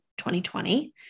2020